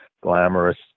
glamorous